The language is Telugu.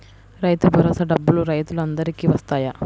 రైతు భరోసా డబ్బులు రైతులు అందరికి వస్తాయా?